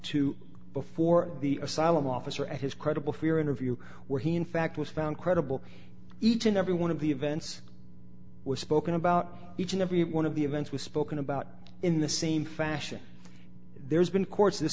to before the asylum officer and his credible fear interview where he in fact was found credible each and every one of the events was spoken about each and every one of the events was spoken about in the same fashion there's been cour